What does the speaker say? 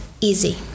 easy